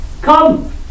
come